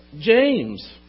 James